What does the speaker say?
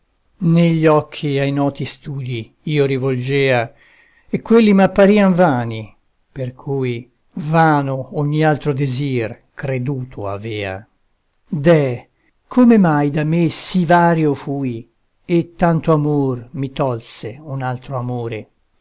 gli occhi ai noti studi io rivolgea e quelli m'apparian vani per cui vano ogni altro desir creduto avea deh come mai da me sì vario fui e tanto amor mi tolse un altro amore